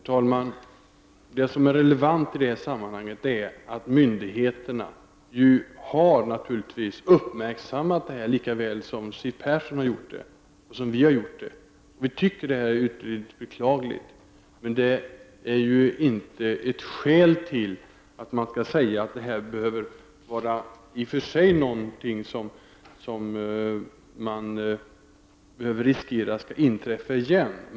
Herr talman! Det som är relevant i sammanhanget är att myndigheterna naturligtvis har uppmärksammat detta, lika väl som Siw Persson och jag har gjort det. Det är ytterligt beklagligt, men det är inte ett skäl till att säga att det finns risk för att det skall inträffa igen.